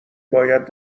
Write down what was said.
باید